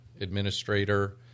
administrator